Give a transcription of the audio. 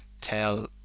tell